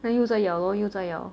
哪有再咬 lor 又再咬